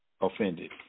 offended